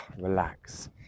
relax